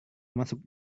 masuk